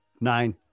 Nine